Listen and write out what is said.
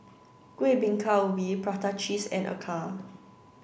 Kueh Bingka Ubi Prata Cheese and Acar